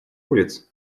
улиц